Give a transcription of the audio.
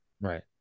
right